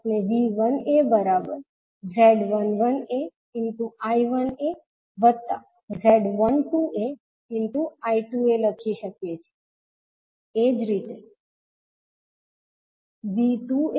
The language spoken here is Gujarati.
આપણે V1aZ11aI1aZ12aI2a લખી શકીએ છીએ